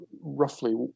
roughly